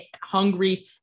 hungry